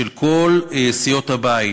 של כל סיעות הבית,